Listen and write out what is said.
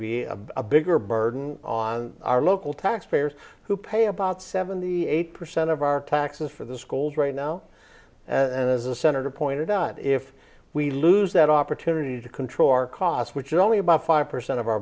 be a bigger burden on our local taxpayers who pay about seventy eight percent of our taxes for this cold right now and as a senator pointed out if we lose that opportunity to control our cost which is only about five percent of our